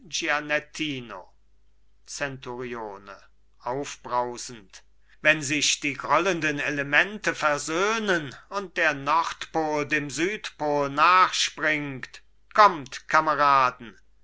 zenturione aufbrausend wenn sich die grollenden elemente versöhnen und der nordpol dem südpol nachspringt kommt kameraden